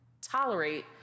tolerate